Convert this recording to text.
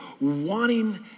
wanting